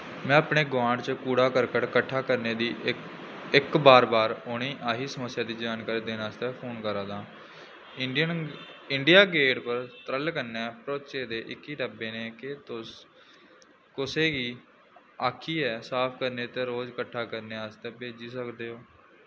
में अपने गुआंढ च कूड़ा करकट कट्ठा करने दी इक बार बार होने आह्ली समस्या दी जानकारी देने आस्तै फोन करा दा आं इंडिया गेट पर तरल कन्नै भरोचे दे इक्की डब्बे न केह् तुस कुसै गी आखियै साफ करने ते रोज कट्ठा करने आस्तै भेजी सकदे ओ